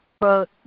quote